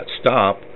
stop